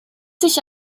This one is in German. sich